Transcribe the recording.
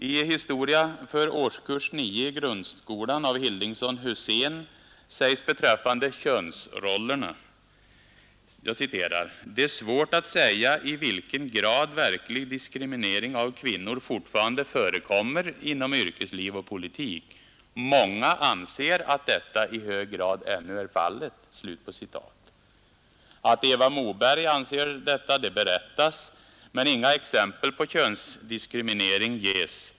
I historia för arskurs 9 i grundskolan av Hildingson Husdén heter det beträffande könsrollerna: ”Det är svårt att säga i vilken grad verklig diskriminering av kvinnor fortfarande förekommer inom yrkesliv och politik. Många anser att detta i hög grad ännu är fallet.” Att Eva Moberg anser detta berättas det. men inga exempel på könsdiskriminering ges.